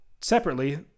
separately